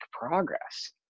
progress